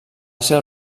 ser